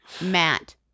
Matt